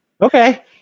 Okay